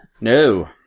No